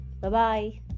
Bye-bye